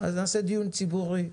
ונעשה דיון ציבורי.